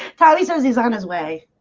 holly says he's on his way.